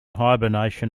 hibernation